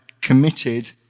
committed